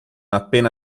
appena